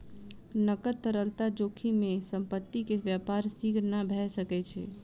नकद तरलता जोखिम में संपत्ति के व्यापार शीघ्र नै भ सकै छै